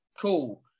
Cool